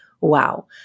Wow